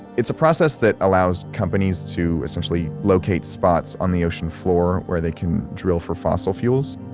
it's a process that allows companies to essentially locate spots on the ocean floor where they can drill for fossil fuels.